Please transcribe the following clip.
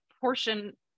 portion